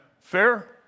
Fair